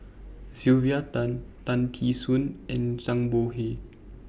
Sylvia Tan Tan Tee Suan and Zhang Bohe